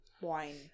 wine